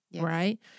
right